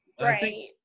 Right